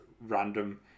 random